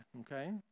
okay